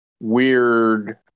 weird